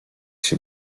się